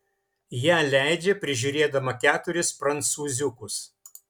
ją leidžia prižiūrėdama keturis prancūziukus